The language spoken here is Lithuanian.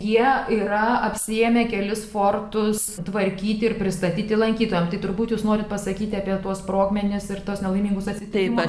jie yra apsiėmę kelis fortus sutvarkyti ir pristatyti lankytojams tai turbūt jūs norit pasakyti apie tuos sprogmenis ir tuos nelaimingus atsitikimus šitaip atsargiai